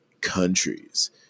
countries